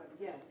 Yes